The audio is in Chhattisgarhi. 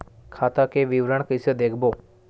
खाता के विवरण कइसे देखबो?